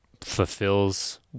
fulfills